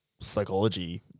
psychology